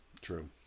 True